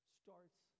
starts